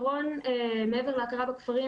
מעבר להכרה בכפרים,